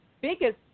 biggest